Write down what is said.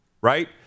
Right